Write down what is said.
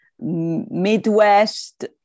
Midwest